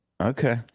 Okay